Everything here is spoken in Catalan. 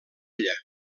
ella